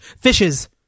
Fishes